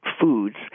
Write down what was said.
foods